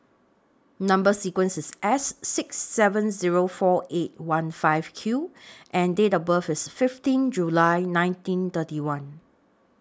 Number sequence IS S six seven Zero four eight one five Q and Date of birth IS fifteen July nineteen thirty one